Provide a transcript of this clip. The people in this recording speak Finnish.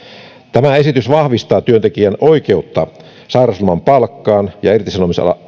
tämä esitys vahvistaa työntekijän oikeutta sairausloman ja ja irtisanomisajan